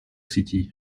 city